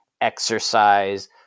exercise